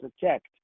protect